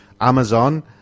Amazon